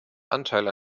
anteil